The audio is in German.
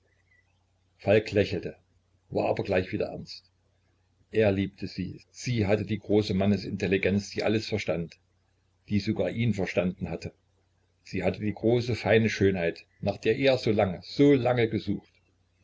falk lächelte war aber gleich wieder ernst er liebte sie sie hatte die große mannesintelligenz die alles verstand die sogar ihn verstanden hatte sie hatte die große feine schönheit nach der er so lange so lange gesucht